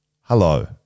hello